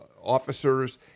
officers